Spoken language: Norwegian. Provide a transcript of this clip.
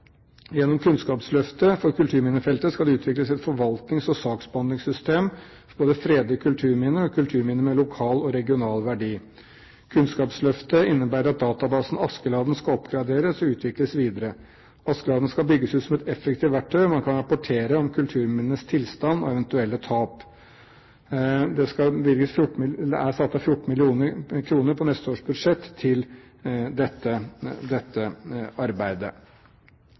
Gjennom Kunnskapsløftet for kulturminnefeltet skal det utvikles et forvaltnings- og saksbehandlingssystem for både fredede kulturminner og kulturminner med lokal og regional verdi. Kunnskapsløftet innebærer at databasen Askeladden skal oppgraderes og utvikles videre. Askeladden skal bygges ut som et effektivt verktøy, hvor man kan rapportere om kulturminnenes tilstand og eventuelle tap. Det er satt av 14 mill. kr på neste års budsjett til dette arbeidet.